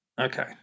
Okay